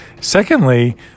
Secondly